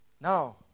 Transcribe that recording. Now